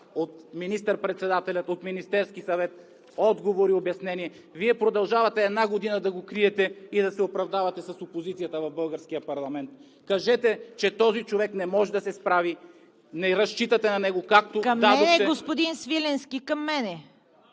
от министър-председателя, от Министерския съвет отговор и обяснение – Вие продължавате една година да го криете и да се оправдавате с опозицията в българския парламент! Кажете, че този човек не може да се справи, не разчитате на него, както казахте… (Председателят Цвета